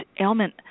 ailment